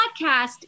podcast